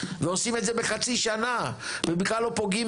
ועושים את זה בחצי שנה ובכלל לא פוגעים